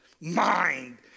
mind